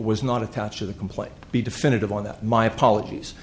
was not attached to the complaint be definitive on that my apologies